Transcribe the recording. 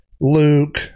Luke